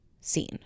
scene